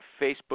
Facebook